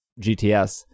GTS